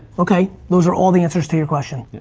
okay, those are all the answers to your question.